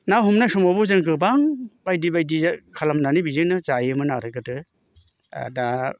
ना हमनाय समावबो जों गोबां बायदि बायदि खालामनानै बिजोंनो जायोमोन आरो गोदो दा